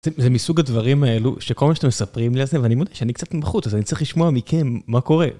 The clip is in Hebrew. ז, זה מסוג הדברים האלו שכל מה שאתם מספרים לי על זה, ואני מודה שאני קצת מבחוץ, אז אני צריך לשמוע מכם מה קורה.